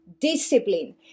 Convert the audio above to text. discipline